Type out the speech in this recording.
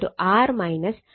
എന്നായിരിക്കും